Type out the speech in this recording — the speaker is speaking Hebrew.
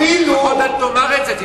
לפחות אל תאמר את זה.